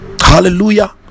Hallelujah